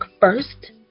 first